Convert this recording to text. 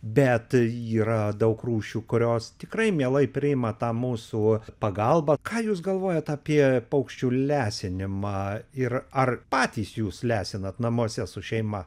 bet yra daug rūšių kurios tikrai mielai priima tą mūsų pagalbą ką jūs galvojate apie paukščių lesinimą ir ar patys jūs lesinate namuose su šeima